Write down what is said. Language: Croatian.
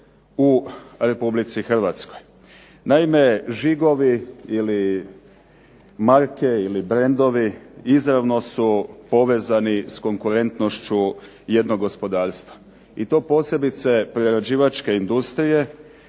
u RH. Naime, žigovi ili marke ili brendovi izravno su povezani s konkurentnošću jednog gospodarstva i to posebice prerađivačke industrije